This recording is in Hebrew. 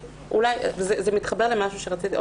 זה מתחבר לעוד משהו שרציתי להגיד.